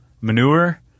manure